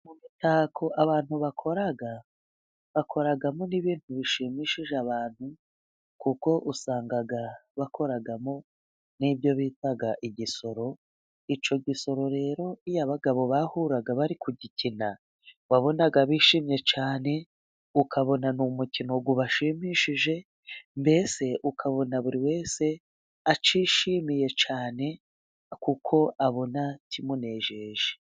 Mu mitako abantu bakora, bakoragamo n'ibintu bishimishije abantu, kuko usanga bakoragamo n'ibyo bita igisoro, icyo gisoro rero, iyo abagabo bahuraga bari kugikina, wabonaga bishimye cyane, ukabona ni umukino ubashimishije, mbese ukabona buri wese acyishimiye cyane, kuko abona kimunejeje.